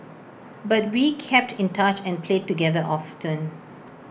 but we kept in touch and played together often